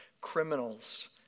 criminals